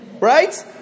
right